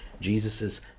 Jesus's